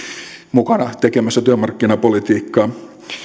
mukana tekemässä työmarkkinapolitiikkaa